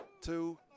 two